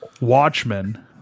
Watchmen